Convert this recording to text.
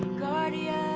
guardian